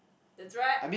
that's right